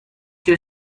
your